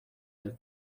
del